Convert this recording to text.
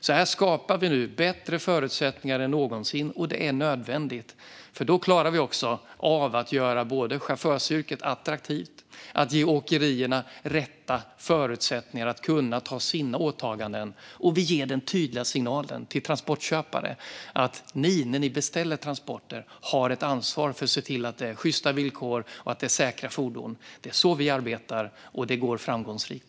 Så här skapar vi nu bättre förutsättningar än någonsin, och det är nödvändigt, för då klarar vi av att både göra chaufförsyrket attraktivt och ge åkerierna rätt förutsättningar för sina åtaganden. Och vi ger den tydliga signalen till transportköpare att när de beställer transporter har de ett ansvar för att se till att det är sjysta villkor och säkra fordon. Det är så vi arbetar, och det är framgångsrikt.